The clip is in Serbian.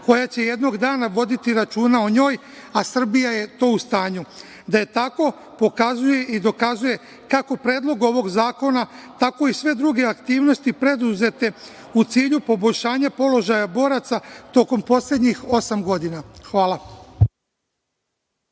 koja će jednog dana voditi računa o njoj, a Srbija je to u stanju. Da je tako pokazuje i dokazuje kako Predlog ovog zakona, tako i sve druge aktivnosti preduzete u cilju poboljšanja položaja boraca tokom poslednjih osam godina. Hvala.